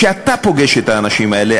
ואתה פוגש את האנשים האלה,